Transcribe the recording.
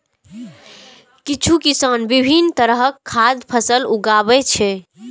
किछु किसान विभिन्न तरहक खाद्य फसल उगाबै छै